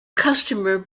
customer